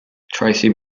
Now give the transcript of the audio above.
tracy